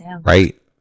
right